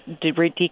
decrease